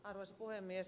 arvoisa puhemies